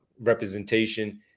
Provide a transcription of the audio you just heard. representation